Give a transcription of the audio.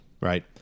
right